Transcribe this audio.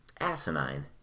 asinine